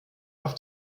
auf